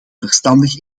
verstandig